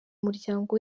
umuryango